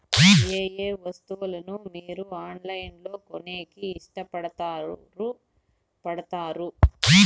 ఏయే వస్తువులను మీరు ఆన్లైన్ లో కొనేకి ఇష్టపడుతారు పడుతారు?